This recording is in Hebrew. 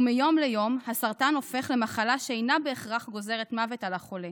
ומיום ליום הסרטן הופך למחלה שאינה בהכרח גוזרת מוות על החולה.